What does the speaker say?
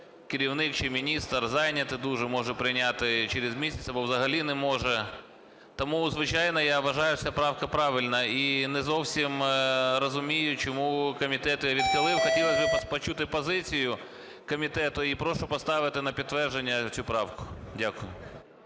керівник, чи міністр зайнятий дуже, може прийняти через місяць або взагалі не може. Тому, звичайно, я вважаю, що ця правка правильна і не зовсім розумію чому комітет її відхилив. Хотілось би почути позицію комітету і прошу поставити на підтвердження цю правку. Дякую.